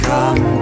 Come